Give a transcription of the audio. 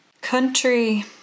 country